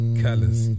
colors